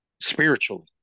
spiritually